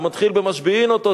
הוא מתחיל ב"משביעין אותו,